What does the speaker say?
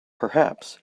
perhaps